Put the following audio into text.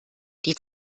die